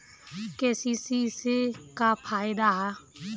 KCC से का फायदा ह?